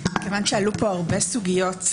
כיוון שעלו פה הרבה סוגיות,